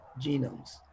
genomes